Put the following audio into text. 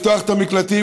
לפתוח את המקלטים,